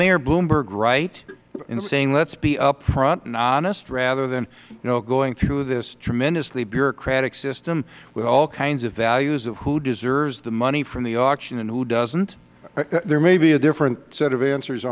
mayor bloomberg right in saying let's be up front and honest rather than you know going through this tremendously bureaucratic system with all kinds of values of who deserves the money from the auction and who doesn't mister greenstein there may be a different set of answers